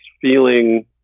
feeling